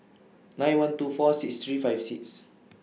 nine one two four six three five six